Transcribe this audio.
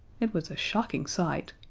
it was a shocking sight.